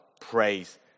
praise